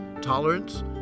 tolerance